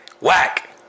Whack